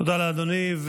תודה לאדוני.